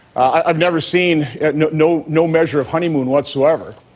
i've never seen no no no measure of honeymoon whatsoever.